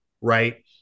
right